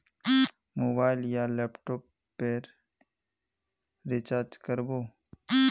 Mobile या laptop पेर recharge कर बो?